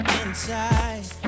inside